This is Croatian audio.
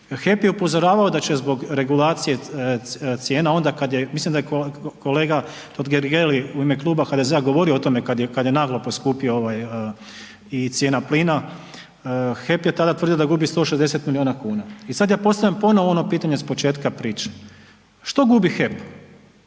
HEP je upozoravao da će zbog regulacije cijena onda kaj je, mislim da kolega Totgergeli u ime Kluba HDZ-a govorio o tome kad je naglo poskupio ovaj i cijena plina, HEP je tada tvrdio da gubi 160 miliona kuna. I sad ja postavljam ponovo ono pitanje s početka priče, što gubi HEP,